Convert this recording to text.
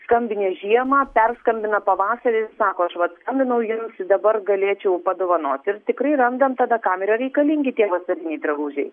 skambinę žiemą perskambina pavasarį ir sako aš vat skambinau jums i dabar galėčiau padovanoti ir tikrai randam tada kam yra reikalingi tie vasariniai drabužiai